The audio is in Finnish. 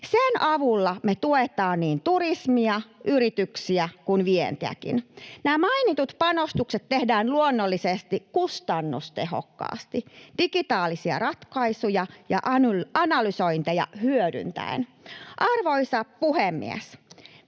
Sen avulla me tuemme niin turismia, yrityksiä kuin vientiäkin. Nämä mainitut panostukset tehdään luonnollisesti kustannustehokkaasti, digitaalisia ratkaisuja ja analysointeja hyödyntäen. Arvoisa puhemies!